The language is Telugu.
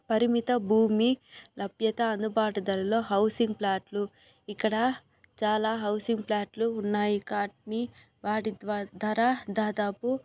పరిమిత భూమి లభ్యత అందుబాటు ధరలో హౌసింగ్ ప్లాట్లు ఇక్కడ చాలా హౌసింగ్ ప్లాట్లు ఉన్నాయి కానీ వాటి ధర దాదాపు